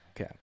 Okay